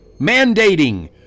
Mandating